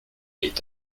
est